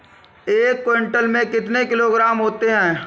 एक क्विंटल में कितने किलोग्राम होते हैं?